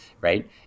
right